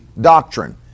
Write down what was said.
doctrine